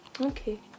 Okay